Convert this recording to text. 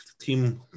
team